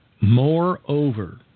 Moreover